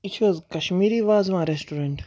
یہِ چھِ حظ کَشمیٖری وازوان ریسٹورنٹ